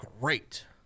great